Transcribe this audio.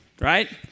right